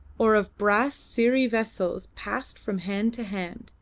or of brass siri-vessels passed from hand to hand,